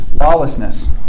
Lawlessness